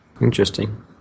Interesting